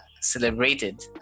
celebrated